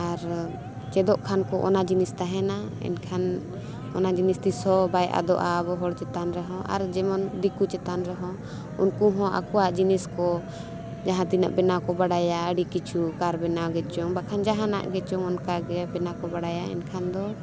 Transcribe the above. ᱟᱨ ᱪᱮᱫᱚᱜ ᱠᱷᱟᱱ ᱠᱚ ᱚᱱᱟ ᱡᱤᱱᱤᱥ ᱛᱟᱦᱮᱱᱟ ᱮᱱᱠᱷᱟᱱ ᱚᱱᱟ ᱡᱤᱱᱤᱥ ᱛᱤᱥ ᱦᱚᱸ ᱵᱟᱭ ᱟᱫᱚᱜᱼᱟ ᱟᱵᱚ ᱦᱚᱲ ᱪᱮᱛᱟᱱ ᱨᱮᱦᱚᱸ ᱟᱨ ᱡᱮᱢᱚᱱ ᱫᱤᱠᱩ ᱪᱮᱛᱟᱱ ᱨᱮᱦᱚᱸ ᱩᱱᱠᱩ ᱦᱚᱸ ᱟᱠᱚᱣᱟᱜ ᱡᱤᱱᱤᱥ ᱠᱚ ᱡᱟᱦᱟᱸ ᱛᱤᱱᱟᱹᱜ ᱵᱮᱱᱟᱣ ᱠᱚ ᱵᱟᱰᱟᱭᱟ ᱟᱹᱰᱤ ᱠᱤᱪᱷᱩ ᱠᱟᱨ ᱵᱮᱱᱟᱣ ᱜᱮᱪᱚᱝ ᱵᱟᱠᱷᱟᱱ ᱡᱟᱦᱟᱱᱟᱜ ᱜᱮᱪᱚᱝ ᱚᱱᱠᱟ ᱜᱮ ᱵᱮᱱᱟᱣ ᱠᱚ ᱵᱟᱰᱟᱭᱟ ᱮᱱᱠᱷᱟᱱ ᱫᱚ